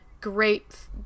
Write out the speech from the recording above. great